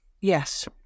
Yes